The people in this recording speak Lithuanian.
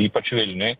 ypač vilniuj